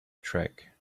track